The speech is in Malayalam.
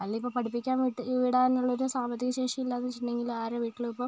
അല്ലെ ഇപ്പോൾ പഠിപ്പിക്കാൻ വിട്ട് വിടാനുള്ളൊരു സാമ്പത്തിക ശേഷി ഇല്ല എന്ന് വെച്ചിട്ടുണ്ടെങ്കിൽ ആരുടെ വീട്ടിലും ഇപ്പോൾ